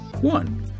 One